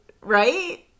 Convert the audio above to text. right